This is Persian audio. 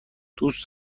دوست